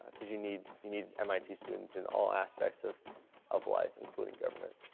because you need you need mit students in all aspects of of life, including government.